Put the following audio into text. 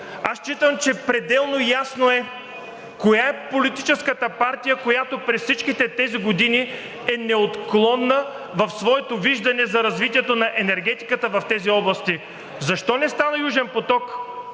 Аз считам, че е пределно ясно коя е политическата партия, която през всичките тези години е неотклонна в своето виждане за развитието на енергетиката в тези области. Защо не стана Южен поток